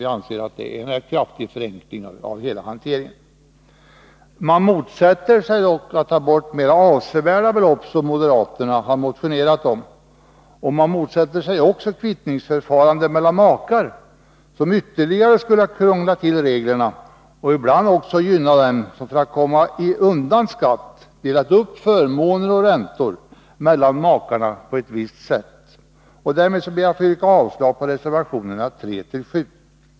Vi anser att det är en kraftig förenkling av hela hanteringen. Vi motsätter oss dock att man skall ta bort mera avsevärda belopp, vilket moderaterna har motionerat om. Vi motsätter oss också ett kvittningsförfarande mellan makar, vilket ytterligare skulle krångla till reglerna och ibland också gynna dem som för att komma undan skatt har delat upp förmåner och ränteutgifter mellan sig på visst sätt. Fru talman! Jag ber att få yrka avslag på reservationerna 3-7.